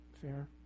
fair